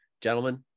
gentlemen